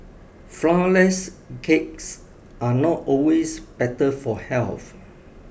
flourless cakes are not always better for health